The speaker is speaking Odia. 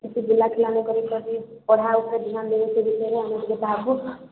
ସେଠି ପଢ଼ା ଉପରେ ଧ୍ୟାନ ଦେଇ ସେ ବିଷୟରେ ଆମେ ଟିକେ ତାହାକୁ